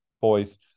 boys